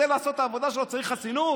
כדי לעשות את העבודה שלו צריך חסינות?